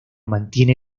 mantiene